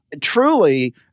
truly